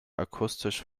akustisch